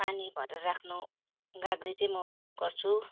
पानी भरेर राख्नु गाग्री चाहिँ म प्रयोग गर्छु